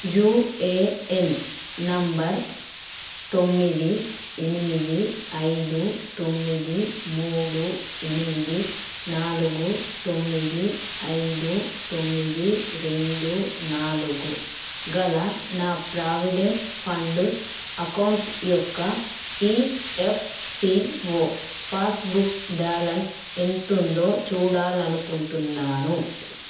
UAN number తొమ్మిది ఎనిమిది ఐదు తొమ్మిది మూడు ఎనిమిది నాలుగు తొమ్మిది ఐదు తొమ్మిది రెండు నాలుగు గల నా ప్రావిడెంట్ ఫండ్ అకౌంట్ యొక్క ఈఎఫ్పిఓ పాస్బుక్ బ్యాలన్స్ ఎంతుందో చూడాలనుకుంటున్నాను